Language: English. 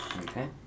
Okay